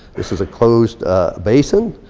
this is a closed basin.